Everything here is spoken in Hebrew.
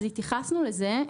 התייחסנו לזה.